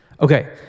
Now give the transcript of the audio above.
Okay